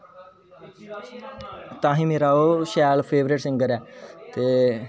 ताइये मेरा oh Shail favourite singer ऐ ते